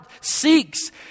seeks